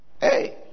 hey